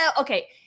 okay